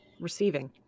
receiving